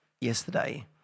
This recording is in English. yesterday